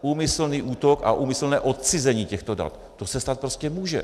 Úmyslný útok a úmyslné odcizení těchto dat, to se stát prostě může.